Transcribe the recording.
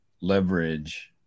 leverage